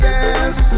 Yes